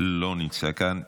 לא נמצא כאן.